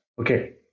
Okay